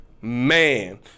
man